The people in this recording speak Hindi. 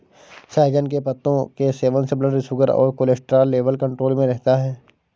सहजन के पत्तों के सेवन से ब्लड शुगर और कोलेस्ट्रॉल लेवल कंट्रोल में रहता है